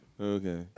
Okay